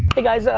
hey guys,